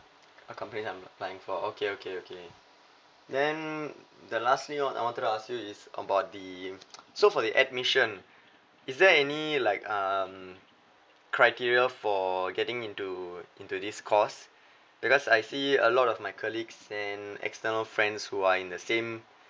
uh company I'm applying for okay okay okay then the last thing I want I wanted to ask you is about the so for the admission is there any like um criteria for getting into into this course because I see a lot of my colleagues and external friends who are in the same